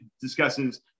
discusses